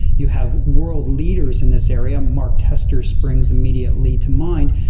you have world leaders in this area, mark tester springs immediately to mind,